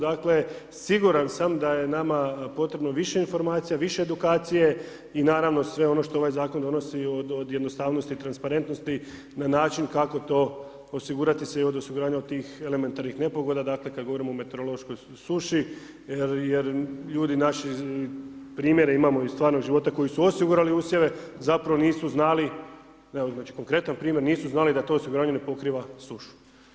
Dakle, siguran sam da je nama potrebno više informacija, više edukacije i naravno, sve ono što ovaj Zakon donosi od jednostavnosti, transparentnosti, na način kako to osigurati sve od osiguranja od tih elementarnih nepogoda, dakle, kada govorimo o meteorološkoj suši jer ljudi naši, primjera imamo iz stvarnoga života, koji su osigurali usjeve, zapravo nisu znali, evo znači konkretan primjer, nisu znali da to osiguranje ne pokriva sušu.